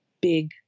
big